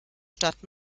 stadt